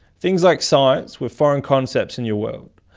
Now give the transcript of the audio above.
things like science were foreign concepts in your world.